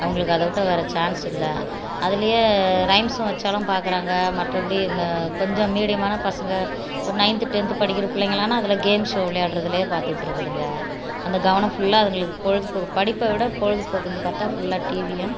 அவங்களுக்கு அதவிட்ட வேற சேன்ஸ்சு இல்லை அதிலேயே ரைம்ஸ்சு வச்சாலும் பார்க்குறாங்க மற்றபடி இந்த கொஞ்சம் மீடியமான பசங்கள் ஒரு நையன்த்து டென்த்து படிக்கிற பிள்ளைங்கலாம் அதில் கேம்ஸ் ஷோவ் விளையாடுறதுலேயே பார்த்துகிட்டு இருக்குதுங்க அதை கவனம் ஃபுல்லா அதுங்களுக்கு பொழுது போக்கு படிப்ப விட பொழுது போக்குன்னு பார்த்தா ஃபுல்லா டிவியும்